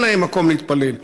אין להם מקום להתפלל.